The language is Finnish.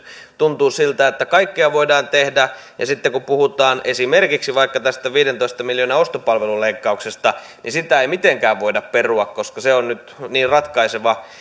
tuntuu siltä että kaikkea voidaan tehdä ja sitten kun puhutaan esimerkiksi vaikka tästä viidentoista miljoonan ostopalveluleikkauksesta niin sitä ei mitenkään voida perua koska se on nyt niin ratkaiseva